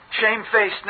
shamefacedness